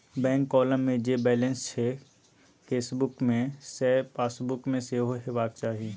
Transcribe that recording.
bank column मे जे balance छै केसबुक मे सैह पासबुक मे सेहो हेबाक चाही